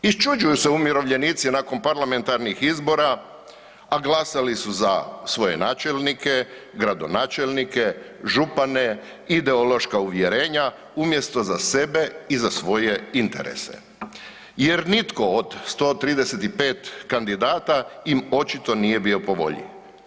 Iščuđuju se umirovljenici nakon parlamentarnih izbora, a glasali su za svoje načelnike, gradonačelnike, župane, ideološka uvjerenja, umjesto za sebe i za svoje interese jer nitko od 135 kandidata im očito nije bio po volji.